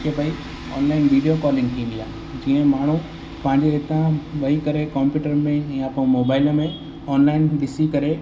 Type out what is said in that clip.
की भई online video calling थींदी आहे जीअं माण्हू पंहिंजे हितां वेही करे कंप्यूटर में ई या पोइ मोबाइल में ऑनलाइन ॾिसी करे